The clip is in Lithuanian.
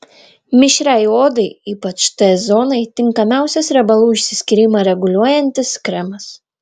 mišriai odai ypač t zonai tinkamiausias riebalų išsiskyrimą reguliuojantis kremas